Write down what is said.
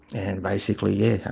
and basically, yeah,